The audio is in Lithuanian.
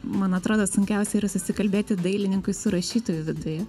man atrodo sunkiausia yra susikalbėti dailininkui su rašytoju viduje